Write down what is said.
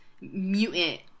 mutant